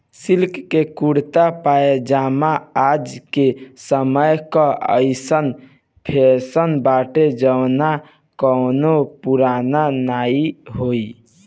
silk के kurta pyjama आज के समय कअ अइसन फैशन बाटे जवन कबो पुरान नाइ होई